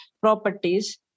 properties